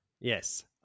Yes